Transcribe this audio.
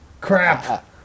Crap